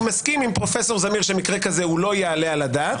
אני מסכים עם פרופ' זמיר שמקרה כזה לא יעלה על הדעת.